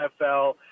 NFL